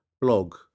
blog